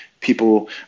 people